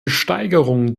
steigerung